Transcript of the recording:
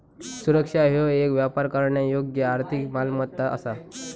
सुरक्षा ह्यो येक व्यापार करण्यायोग्य आर्थिक मालमत्ता असा